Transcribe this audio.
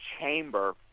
chamber